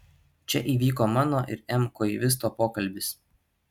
čia įvyko mano ir m koivisto pokalbis